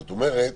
זאת אומרת